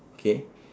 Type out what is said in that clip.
K